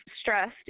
stressed